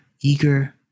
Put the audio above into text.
eager